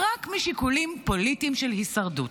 רק משיקולים פוליטיים של הישרדות.